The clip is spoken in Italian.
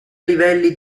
livelli